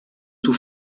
tout